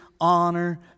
honor